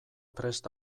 prest